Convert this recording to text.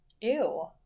Ew